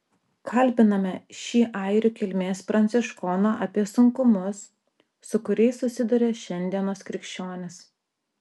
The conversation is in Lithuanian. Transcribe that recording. kalbiname šį airių kilmės pranciškoną apie sunkumus su kuriais susiduria šiandienos krikščionys